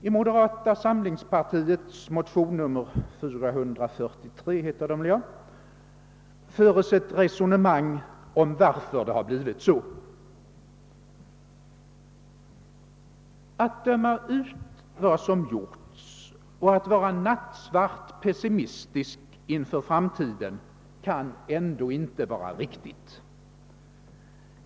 I moderata samlingspartiets motion II:443 — likalydande med motionen 1: 387 — föres ett resonemang om varför det har blivit så. Att döma ut vad som gjorts och att vara nattsvart pessimistisk inför framtiden kan ändå inte vara riktigt.